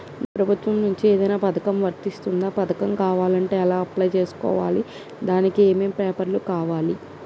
నాకు ప్రభుత్వం నుంచి ఏదైనా పథకం వర్తిస్తుందా? పథకం కావాలంటే ఎలా అప్లై చేసుకోవాలి? దానికి ఏమేం పేపర్లు కావాలి?